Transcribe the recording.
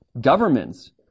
governments